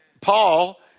Paul